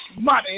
money